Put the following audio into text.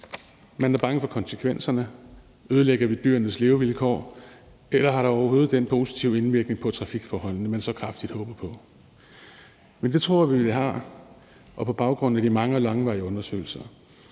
Man er bange for konsekvenserne. Ødelægger vi dyrenes levevilkår? Og har det overhovedet den positive indvirkning på trafikforholdene, som man så kraftigt håber på? Det tror vi det har på baggrund af de mange langvarige undersøgelser.